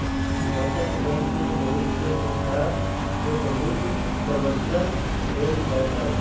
बचत बैंक में बहुत से सुविधा के बहुत तबज्जा देयल जाहई